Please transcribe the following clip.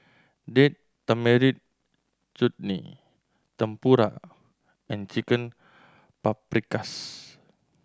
Date Tamarind Chutney Tempura and Chicken Paprikas